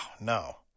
no